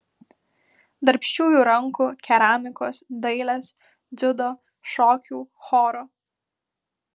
darbščiųjų rankų keramikos dailės dziudo šokių choro